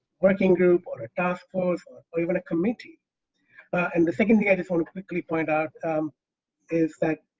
working group or a task force or even a committee and the second thing i'd fall quickly point out is that,